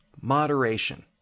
moderation